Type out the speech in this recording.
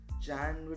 January